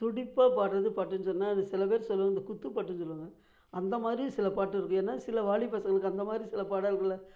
துடிப்பாக பாடுறது பாட்டுன்னு சொன்னால் அதை சில பேர் சொல்லுவாங்க குத்து பாட்டுன்னு சொல்லுவாங்க அந்தமாதிரி சில பாட்டு இருக்குது ஏன்னால் சில வாலிப பசங்களுக்கு அந்தமாதிரி சில பாடல்களை